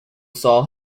saw